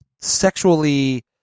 sexually